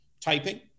typing